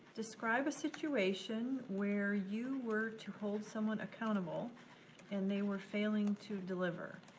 describe a situation where you were to hold someone accountable and they were failing to deliver.